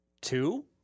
Two